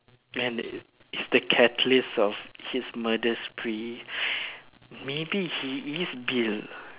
man it's the catalyst of his murder spree maybe he is Bill